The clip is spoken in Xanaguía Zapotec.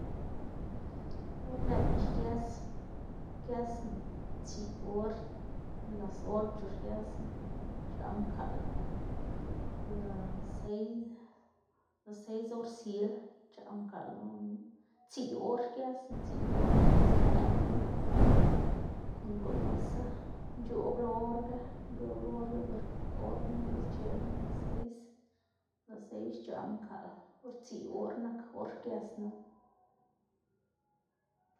or lëꞌná xges, xgesná tsiꞌ or, las ocho xgesná xc̲h̲aꞌ mkaꞌl las seis, las seis or sil xc̲h̲aꞌ loná, tsiꞌ or xgesná tsiꞌ or pues lëꞌloga, kon gunusa nc̲h̲oꞌblá or ga nc̲h̲oꞌbla or ga ber or knu c̲h̲uschená las seis, las seis xc̲h̲aꞌ mkaꞌl ber tsiꞌ or nak or xgesnu.